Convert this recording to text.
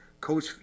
coach